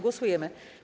Głosujemy.